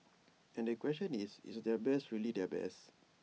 and the question is is their best really their best